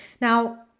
Now